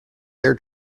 their